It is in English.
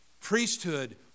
priesthood